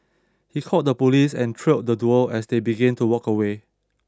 he called the police and trailed the duo as they began to walk away